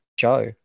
show